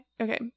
Okay